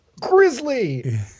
Grizzly